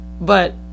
But-